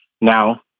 Now